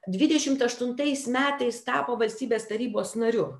dvidešimt aštuntais metais tapo valstybės tarybos nariu